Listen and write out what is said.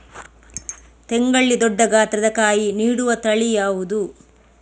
ತೆಂಗಲ್ಲಿ ದೊಡ್ಡ ಗಾತ್ರದ ಕಾಯಿ ನೀಡುವ ತಳಿ ಯಾವುದು?